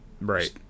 Right